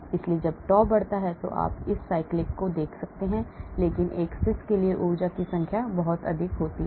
इसलिए जब tau बढ़ता है तो आप इस cyclic को देखते हैं लेकिन एक cis के लिए ऊर्जा की संख्या बहुत अधिक होती है